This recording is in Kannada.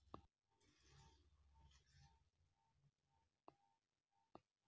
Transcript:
ಒಂದ್ ಸಾವ್ರುಪಯಿ ಬಿಲ್ಲ್ ಆದ್ರ ಐದ್ ಪರ್ಸನ್ಟ್ ನಷ್ಟು ಜಿ.ಎಸ್.ಟಿ ಕಟ್ ಮಾದ್ರ್ಸ್